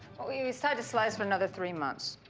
well he's tied to slice for another three months.